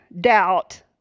doubt